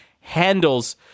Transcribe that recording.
handles